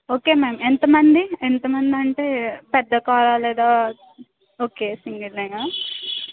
okay ma'am ఎంతమంది ఎంత మందంటే పెద్ద కారా లేదా ఒకే సింగిలేనా